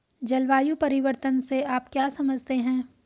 जलवायु परिवर्तन से आप क्या समझते हैं?